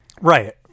right